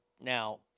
Now